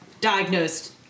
diagnosed